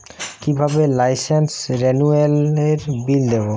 কিভাবে লাইসেন্স রেনুয়ালের বিল দেবো?